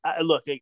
look